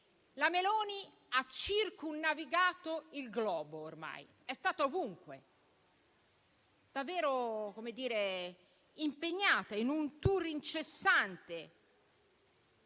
La Meloni ha circumnavigato il globo ormai, è stata ovunque. È davvero impegnata in un *tour* incessante,